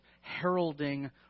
heralding